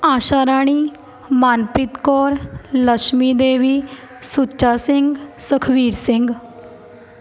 Asha Rani Manpreet Kaur Lachhmi Devi Sucha Singh Sukhvir Singh